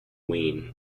wayne